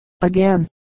again